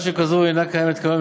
אסדרה שכזו אינה קיימת כיום.